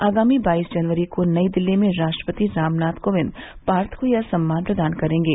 आगामी बाइस जनवरी को नई दिल्ली में राष्ट्रपति रामनाथ कोविंद पार्थ को यह सम्मान प्रदान करेंगे